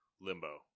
Limbo